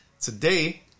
today